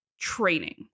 training